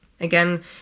Again